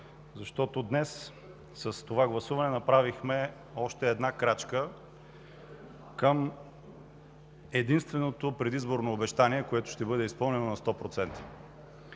защото днес с това гласуване направихме още една крачка към единственото предизборно обещание, което ще бъде изпълнено на 100%.